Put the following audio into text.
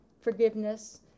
forgiveness